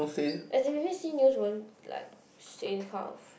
as in B_B_C news won't like say this kind of